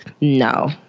No